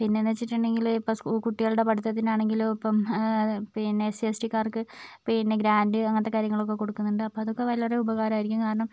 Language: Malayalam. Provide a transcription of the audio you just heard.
പിന്നെന്നിച്ചിട്ടുണ്ടെങ്കിൽ ഇപ്പോൾ സ്കൂൾ കുട്ടികളുടെ പഠിത്തത്തിന് ആണെങ്കിലും ഇപ്പം പിന്നെ എസ് സി എസ് ടികാർക്ക് പിന്നെ ഗ്രാൻഡ് അങ്ങനത്തെ കാര്യങ്ങളൊക്കെ കൊടുക്കുന്നുണ്ട് അപ്പോൾ അതൊക്കെ വളരെ ഉപകാരമായിരിക്കും കാരണം